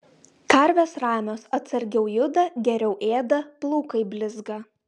karvės ramios atsargiau juda geriau ėda plaukai blizga